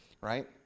right